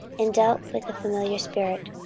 and dealt with a familiar spirit,